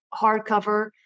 hardcover